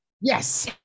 Yes